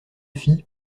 fit